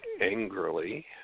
angrily